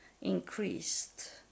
increased